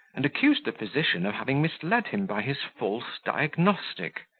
and accused the physician of having misled him by his false diagnostic.